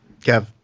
Kev